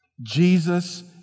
Jesus